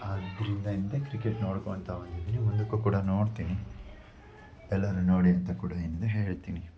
ಆದ್ದರಿಂದ ಹಿಂದೆ ಕ್ರಿಕೆಟ್ ನೋಡ್ಕೊತ ಬಂದಿದ್ದೀನಿ ಮುಂದಕ್ಕೂ ಕೂಡ ನೋಡ್ತೀನಿ ಎಲ್ಲರೂ ನೋಡಿ ಅಂತ ಕೂಡ ಏನಿದೆ ಹೇಳ್ತೀನಿ